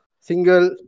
single